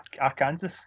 arkansas